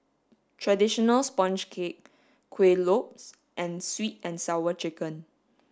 traditional sponge cake Kueh Lopes and sweet and sour chicken